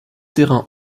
terrain